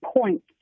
points